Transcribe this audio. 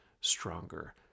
stronger